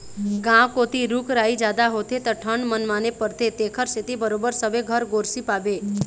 गाँव कोती रूख राई जादा होथे त ठंड मनमाने परथे तेखरे सेती बरोबर सबे घर गोरसी पाबे